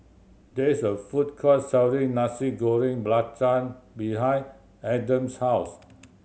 there is a food court selling Nasi Goreng Belacan behind Adams' house